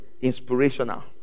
Inspirational